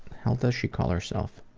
how does she call herself?